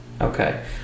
Okay